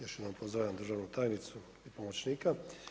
Još jedenom pozdravljam državnu tajnicu, pomoćnika.